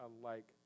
alike